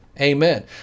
Amen